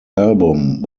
album